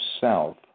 South